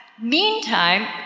Meantime